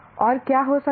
और क्या हो सकता है